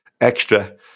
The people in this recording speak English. extra